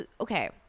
Okay